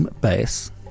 base